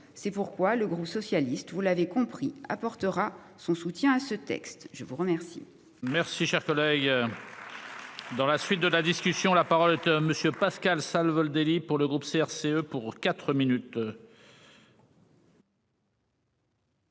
C'est pourquoi le groupe socialiste, vous l'avez compris apportera son soutien à ce texte, je vous remercie. Merci cher collègue. Dans la suite de la discussion. La parole est à monsieur Pascal ça le veulent délit pour le groupe CRCE pour 4 minutes.